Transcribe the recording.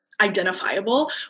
identifiable